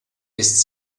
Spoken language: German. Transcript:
ist